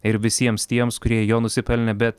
ir visiems tiems kurie jo nusipelnė bet